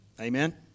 Amen